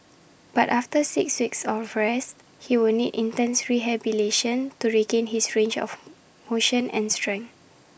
but after six weeks of rest he will need intense rehabilitation to regain his range of motion and strength